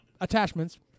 attachments